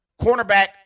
cornerback